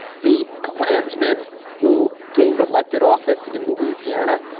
the klansmen who gained elected office in louisiana.